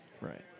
Right